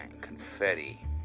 confetti